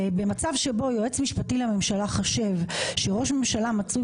במצב שבו יועץ משפטי לממשלה חושב שראש ממשלה מצוי